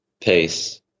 pace